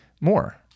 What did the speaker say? More